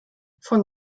von